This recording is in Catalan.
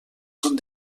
són